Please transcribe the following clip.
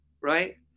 right